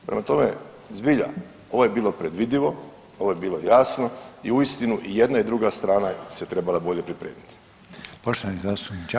Prema tome, zbilja ovo je bilo predvidivo, ovo je bilo jasno i uistinu i jedna i druga strana se trebala bolje pripremiti.